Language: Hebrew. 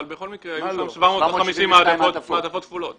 אבל בכל מקרה היו שם 750 מעטפות כפולות.